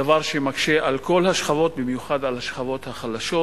דבר שמקשה על כל השכבות, במיוחד על השכבות החלשות.